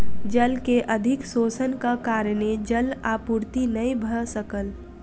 जल के अधिक शोषणक कारणेँ जल आपूर्ति नै भ सकल